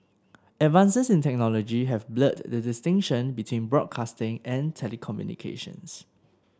advances in technology have blurred the distinction between broadcasting and telecommunications